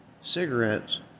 cigarettes